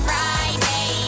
Friday